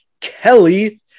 Kelly